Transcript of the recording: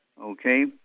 okay